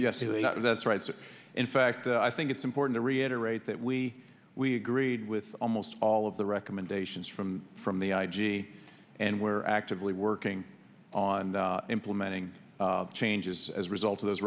between that's right so in fact i think it's important to reiterate that we we agreed with almost all of the recommendations from from the i g and we're actively working on implementing changes as a result of th